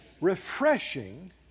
Refreshing